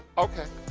okay.